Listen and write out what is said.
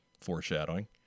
foreshadowing